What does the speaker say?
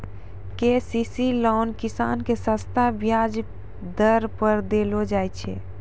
KCC loan किसान के सस्ता ब्याज दर पर देलो जाय छै